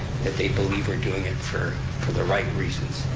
that they believe we're doing it for for the right reasons,